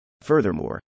Furthermore